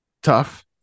tough